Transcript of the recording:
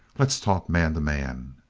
let's talk man to man!